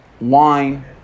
wine